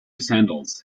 sandals